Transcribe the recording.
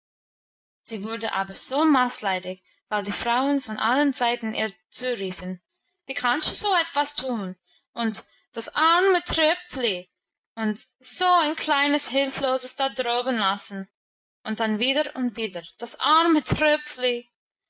sie wurde aber so maßleidig weil die frauen von allen seiten ihr zuriefen wie kannst du so etwas tun und das arme tröpfli und so ein kleines hilfloses da droben lassen und dann wieder und wieder das arme tröpfli